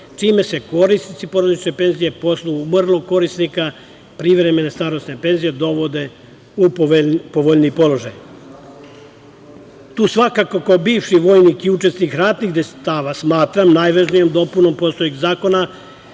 čime se korisnici porodične penzije po osnovu umrlog korisnika privremene starosne penzije dovode u povoljniji položaj. Tu svakako kao bivši vojnik i učesnik ratnih dejstava smatram najvažnijom dopunom postojećeg zakona